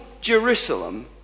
Jerusalem